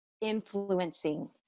influencing